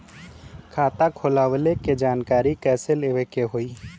खाता खोलवावे के जानकारी कैसे लेवे के होई?